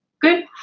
Good